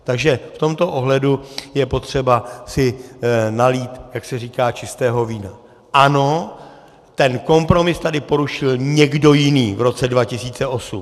Takže v tomto ohledu je potřeba si nalít, jak se říká, čistého vína: Ano, ten kompromis tady porušil někdo jiný v roce 2008.